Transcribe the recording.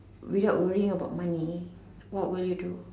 without worrying about money what will you do